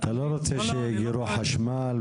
אתה לא רוצה שיאגרו חשמל.